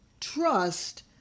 trust